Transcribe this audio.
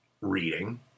reading